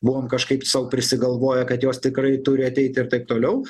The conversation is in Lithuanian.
buvom kažkaip sau prisigalvoję kad jos tikrai turi ateit ir taip toliau